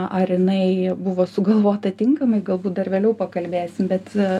ar jinai buvo sugalvota tinkamai galbūt dar vėliau pakalbėsim bet